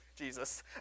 Jesus